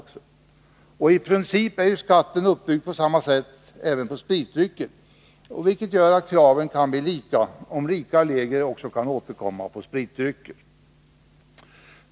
I princip är ju skatten på spritdrycker uppbyggd på samma sätt, vilket gör att samma krav kan ställas på den om reglerna för spritdrycker förblir desamma.